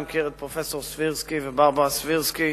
אני מכיר את פרופסור סבירסקי וברברה סבירסקי,